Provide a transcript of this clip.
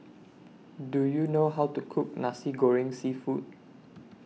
Do YOU know How to Cook Nasi Goreng Seafood